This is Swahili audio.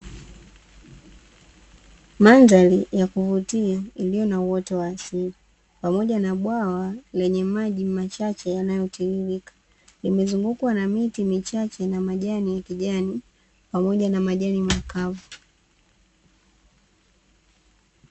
Mandhari ya kuvutia iliyo na uoto wa asili pamoja na bwawa lenye maji machache yanayotiririka. Limezungukwa na miti michache na majani ya kijani pamoja na majani makavu.